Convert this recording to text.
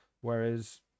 whereas